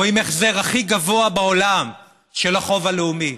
רואים החזר הכי גבוה בעולם של החוב הלאומי.